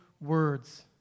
words